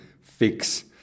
fix